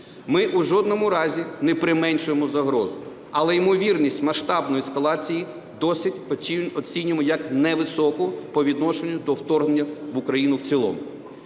Ми в жодному разі не применшуємо загрозу, але ймовірність масштабної ескалації досі оцінюємо як невисоку по відношенню до вторгнення в Україну в цілому.